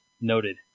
noted